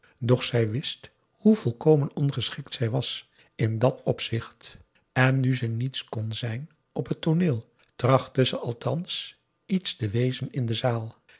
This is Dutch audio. doch zij wist hoe volkomen ongeschikt zij was in dat opzicht en nu ze niets kon zijn op het tooneel trachtte ze althans iets te wezen in de zaal